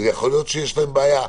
יכול להיות שיש להם בעיה,